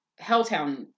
Helltown